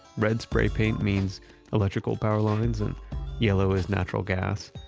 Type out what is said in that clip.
red spray paint means electrical power lines and yellow is natural gas.